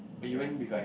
ya